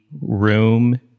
room